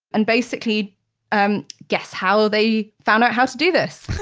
and basically um guess how they found out how to do this.